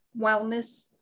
Wellness